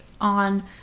on